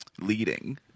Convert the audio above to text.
leading